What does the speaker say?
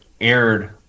aired –